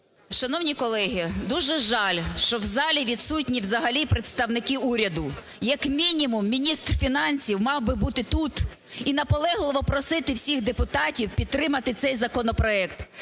Шановні колеги, дуже жаль, що в залі відсутні взагалі представники уряду. Як мінімум міністр фінансів мав би бути тут і наполегливо просити всіх депутатів підтримати цей законопроект.